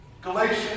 Galatians